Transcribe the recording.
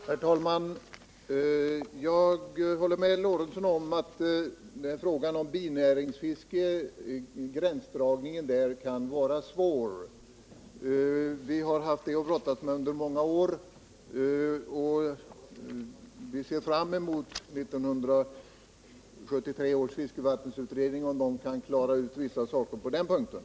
Herr talman! Jag håller med Gustav Lorentzon om att gränsdragningen när det gäller binäringsfiske kan vara svår. Vi har haft svårigheter med detta att brottas med under många år. och vi hoppas att 1973 års fiskevattensutredning skall kunna klargöra vissa frågor på den här punkten.